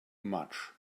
much